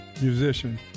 musician